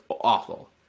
awful